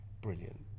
Brilliant